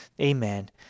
Amen